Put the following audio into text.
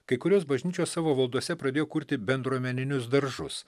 kai kurios bažnyčios savo valdose pradėjo kurti bendruomeninius daržus